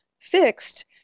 fixed